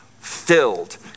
filled